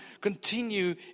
continue